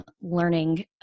learning